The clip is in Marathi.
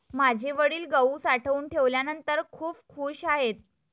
माझे वडील गहू साठवून ठेवल्यानंतर खूप खूश आहेत